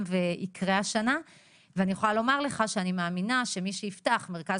ושזה יקרה השנה ואני יכולה לומר לך שאני מאמינה שמי שיפתח מרכז